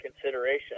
consideration